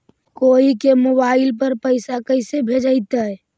कोई के मोबाईल पर पैसा कैसे भेजइतै?